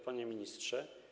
Panie Ministrze!